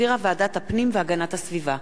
שהחזירה ועדת הפנים והגנת הסביבה.